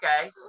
Okay